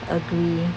agree